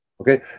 okay